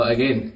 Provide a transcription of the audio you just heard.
Again